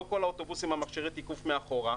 בכל האוטובוסים מכשירי התיקוף מאחור,